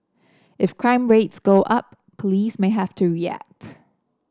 if crime rates go up police may have to react